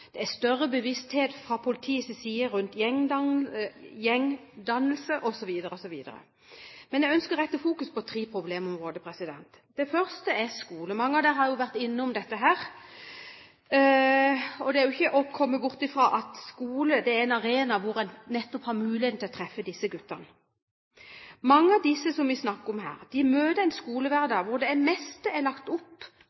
det er større bevissthet fra politiets side rundt gjengdannelse osv. Men jeg ønsker å rette fokus på tre problemområder. Det første er skole, som mange har vært innom. Det er ikke til å komme bort fra at skolen er en arena hvor en nettopp har muligheten til å treffe disse guttene. Mange av disse som vi snakker om her, møter en